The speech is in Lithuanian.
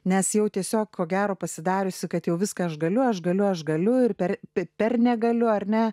nes jau tiesiog ko gero pasidariusi kad jau viską aš galiu aš galiu aš galiu ir per bet per negaliu ar ne